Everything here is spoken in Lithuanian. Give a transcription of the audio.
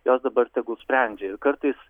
jos dabar tegul sprendžia ir kartais